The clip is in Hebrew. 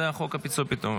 התשפ"ד 2024,